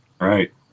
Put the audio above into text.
Right